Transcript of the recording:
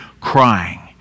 crying